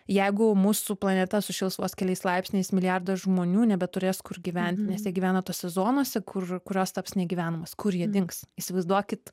jeigu mūsų planeta sušils vos keliais laipsniais milijardas žmonių nebeturės kur gyventi nes jie gyvena tose zonose kur kurios taps negyvenamos kur jie dings įsivaizduokit